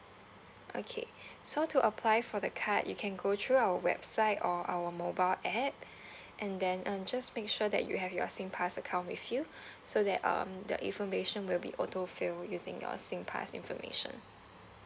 okay so to apply for the card you can go through our website or our mobile app and then um just make sure that you have your SINGPASS account with you so that um the information will be auto filled using your SINGPASS information